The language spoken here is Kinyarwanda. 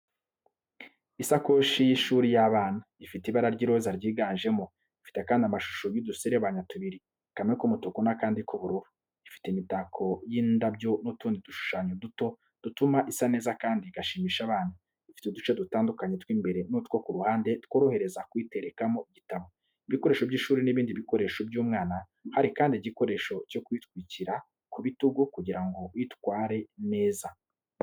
Isakoshi y’ishuri y’abana, ifite ibara ry'iroza ryiganjemo, ifite kandi amashusho y’uduserebanya tubiri, kamwe k’umutuku n’akandi k’ubururu. Ifite imitako y’indabyo n’utundi dushushanyo duto dutuma isa neza kandi igashimisha abana. Ifite uduce dutandukanye tw’imbere n’utwo ku ruhande tworohereza kuyiterekamo ibitabo, ibikoresho by’ishuri n’ibindi bikoresho by’umwana. Hari kandi igikoresho cyo kuyitwikira ku bitugu kugira ngo uyitware neza.